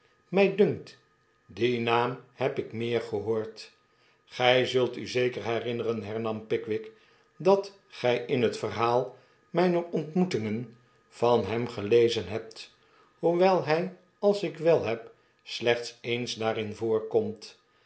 my dunkt dien naam heb ik meer gehoord gy zult u zeker herinneren hernam pickwick datgijin het verhaal mijner ontmoetingenvan hem gelezen hebt hoewel hij als ik wet heb slechts eens daarin voorkomt